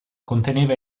conteneva